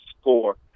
score